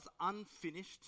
unfinished